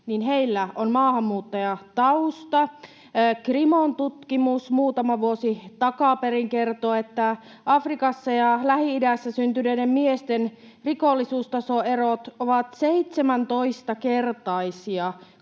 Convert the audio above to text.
on maahanmuuttajatausta. Krimon tutkimus muutama vuosi takaperin kertoo, että Afrikassa ja Lähi-idässä syntyneiden miesten rikollisuustasoerot ovat 17-kertaisia